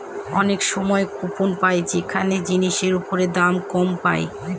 অনেক সময় কুপন পাই যেখানে জিনিসের ওপর দাম কম পায়